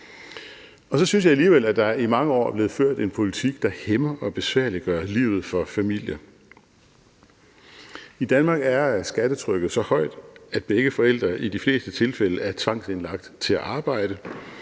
dag. Så synes jeg alligevel, at der i mange år er blevet ført en politik, der hæmmer og besværliggør livet for familier. I Danmark er skattetrykket så højt, at begge forældre i de fleste tilfælde er tvangsindlagt til at arbejde,